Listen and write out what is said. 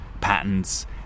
patents